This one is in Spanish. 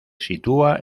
sitúa